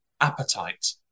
appetite